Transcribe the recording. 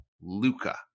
Luca